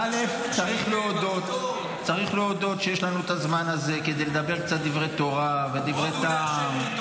צריך להודות שיש לנו את הזמן הזה כדי לדבר קצת דברי תורה ודברי טעם.